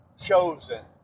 chosen